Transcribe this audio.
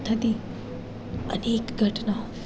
થતી અનેક ઘટનાઓ